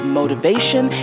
motivation